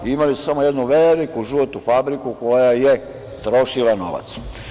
Imali su samo jednu veliku "žutu fabriku" koja je trošila novac.